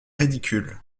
ridicules